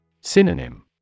Synonym